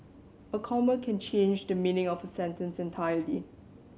a comma can change the meaning of a sentence entirely